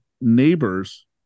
neighbors